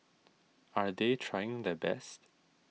are they trying their best